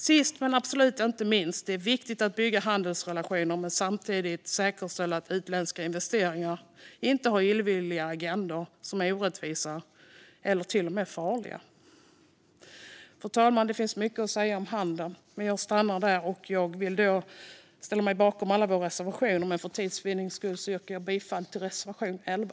Sist men absolut inte minst: Det är viktigt att bygga handelsrelationer och samtidigt säkerställa att utländska investeringar inte har illvilliga agendor som är orättvisa eller till och med farliga. Fru talman! Det finns mycket att säga om handel, men jag stannar där. Jag står bakom alla våra reservationer, men för tids vinning yrkar jag bifall endast till reservation 11.